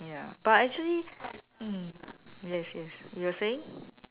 ya but actually mm yes yes you were saying